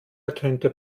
ertönte